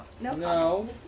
No